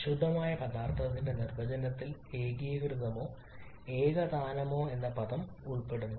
ശുദ്ധമായ പദാർത്ഥത്തിന്റെ നിർവചനത്തിൽ ഏകീകൃതമോ ഏകതാനമോ എന്ന പദം ഉൾപ്പെടുന്നു